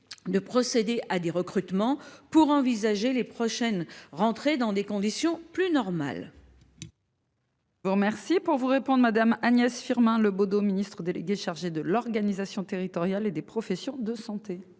de procéder à des recrutements pour envisager les prochaines rentrées dans des conditions plus normales.